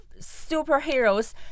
superheroes